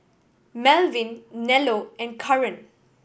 Malvin Nello and Caren